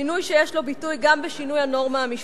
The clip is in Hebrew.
שינוי שיש לו ביטוי גם בשינוי הנורמה המשפטית.